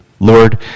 Lord